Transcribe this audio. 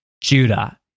Judah